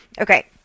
okay